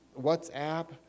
WhatsApp